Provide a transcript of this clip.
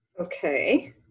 Okay